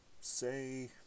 say